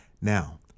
Now